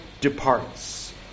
departs